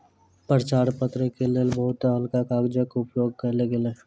प्रचार पत्र के लेल बहुत हल्का कागजक उपयोग कयल गेल